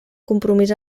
compromís